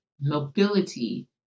mobility